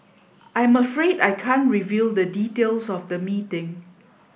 I'm afraid I can't reveal the details of the meeting